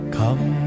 come